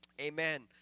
Amen